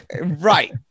Right